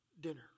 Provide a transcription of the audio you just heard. Dinner